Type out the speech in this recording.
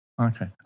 Okay